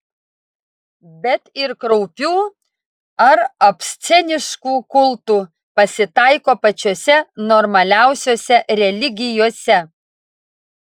bet ir kraupių ar obsceniškų kultų pasitaiko pačiose normaliausiose religijose